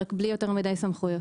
רק בלי יותר מדיי סמכויות.